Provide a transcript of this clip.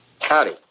Howdy